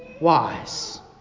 wise